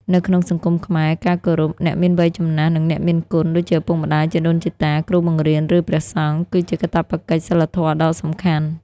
នៅក្នុងសង្គមខ្មែរ ការគោរពអ្នកមានវ័យចំណាស់ និងអ្នកមានគុណ ដូចជាឪពុកម្តាយ ជីដូនជីតា គ្រូបង្រៀន ឬព្រះសង្ឃ គឺជាកាតព្វកិច្ចសីលធម៌ដ៏សំខាន់។